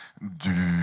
du